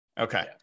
Okay